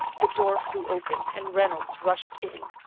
the door flew open, and reynolds rushed in.